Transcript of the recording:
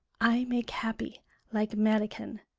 i make happy like merican,